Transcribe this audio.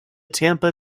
tampa